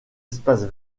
espaces